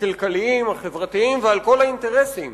הכלכליים, החברתיים, ועל כל האינטרסים